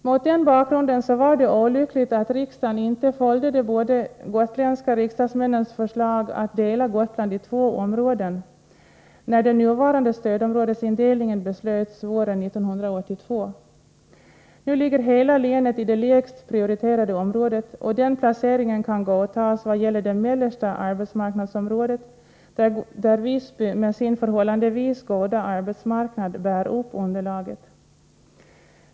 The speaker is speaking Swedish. Mot den bakgrunden var det olyckligt att riksdagen inte följde de båda gotländska riksdagsmännens förslag om att dela Gotland i två områden när den nuvarande stödområdesindelningen beslöts våren 1982. Nu ligger hela länet i det lägst prioriterade området, och den placeringen kan godtas vad gäller det mellersta arbetsmarknadsområdet, där Visby med sin förhållandevis goda arbetsmarknad bär upp underlaget.